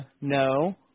No